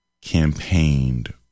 campaigned